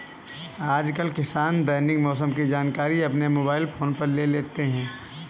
आजकल किसान दैनिक मौसम की जानकारी अपने मोबाइल फोन पर ले लेते हैं